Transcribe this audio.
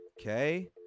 Okay